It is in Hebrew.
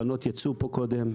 הבנות יצאו פה קודם.